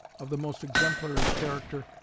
of the most exemplary character,